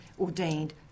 ordained